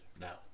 now